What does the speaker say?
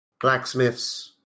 blacksmiths